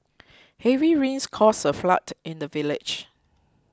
heavy rains caused a flood in the village